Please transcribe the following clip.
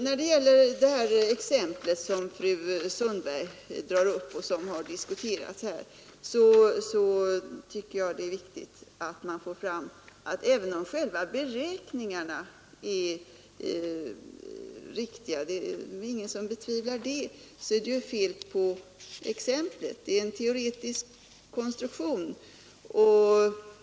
Vad gäller det exempel som fru Sundberg anförde och som har diskuterats här tycker jag det är riktigt att man säger ifrån att även om själva beräkningarna är riktiga — det är väl ingen som betvivlar det — så är exemplet felaktigt; det är en teoretisk konstruktion.